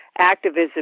activism